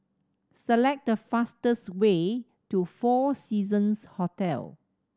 select the fastest way to Four Seasons Hotel